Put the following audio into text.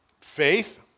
faith